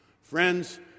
Friends